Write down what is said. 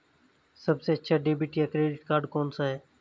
सबसे अच्छा डेबिट या क्रेडिट कार्ड कौन सा है?